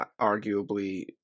arguably